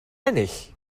ennill